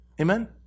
Amen